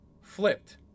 flipped